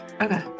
Okay